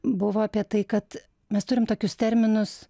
buvo apie tai kad mes turim tokius terminus